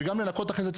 וגם לנקות אחרי זה,